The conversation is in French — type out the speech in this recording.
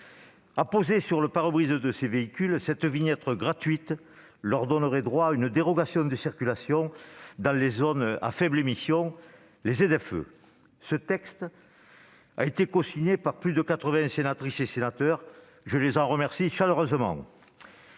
Apposée sur le pare-brise des véhicules, cette vignette gratuite leur donnerait droit à une dérogation de circulation dans les zones à faibles émissions (ZFE). Ce texte a été cosigné par plus de quatre-vingts sénatrices et sénateurs. Je les en remercie chaleureusement.